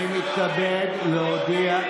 אבל לפחות את כבודו של המנכ"ל שלי אני חייב לתבוע.